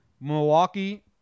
Milwaukee